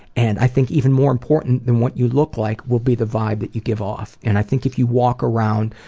and i think even more important than what you look like will be the vibe that you give off and i think if you walk around,